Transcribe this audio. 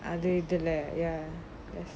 other the ya that's